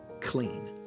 clean